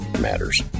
matters